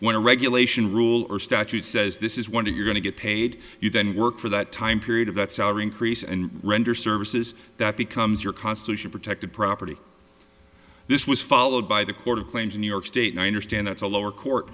when a regulation rule or statute says this is one day you're going to get paid you then work for that time period of that salary increase and render services that becomes your constitution protected property this was followed by the court of claims in new york state nine or stand that's a lower court